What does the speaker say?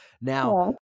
Now